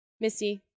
Missy